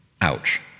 Ouch